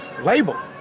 label